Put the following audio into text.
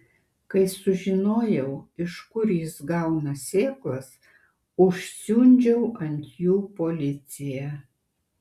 kai sužinojau iš kur jis gauna sėklas užsiundžiau ant jų policiją